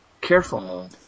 Careful